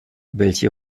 welche